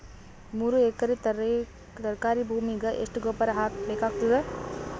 ಮೂರು ಎಕರಿ ತರಕಾರಿ ಭೂಮಿಗ ಎಷ್ಟ ಗೊಬ್ಬರ ಹಾಕ್ ಬೇಕಾಗತದ?